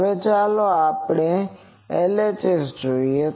હવે ચાલો આપણે LHS જોઈએ